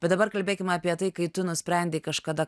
bet dabar kalbėkim apie tai kai tu nusprendei kažkada